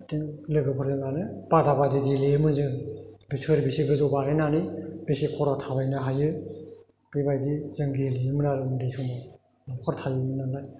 बिदिनो लोगोफोरजोंनो बादा बादि गेलेयोमोन जों सोर बेसे गोजौ बानायनानै बेसे खरा थाबायनो हायो बेबायदि जों गेलेयोमोन आरो उन्दै समाव लावखार थायोमोन नालाय